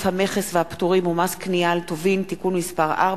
המכס והפטורים ומס קנייה על טובין (תיקון מס' 4),